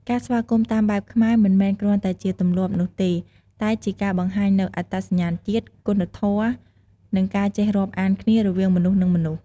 ការស្វាគមន៍តាមបែបខ្មែរ មិនមែនគ្រាន់តែជាទម្លាប់នោះទេ តែជាការបង្ហាញនូវអត្តសញ្ញាណជាតិ គុណធម៌ និងការចេះរាប់អានគ្នារវាងមនុស្ស នឹងមនុស្ស។